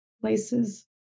places